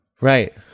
Right